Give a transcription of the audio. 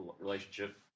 relationship